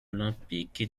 olympique